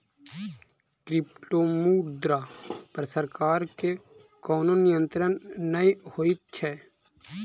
क्रिप्टोमुद्रा पर सरकार के कोनो नियंत्रण नै होइत छै